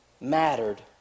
mattered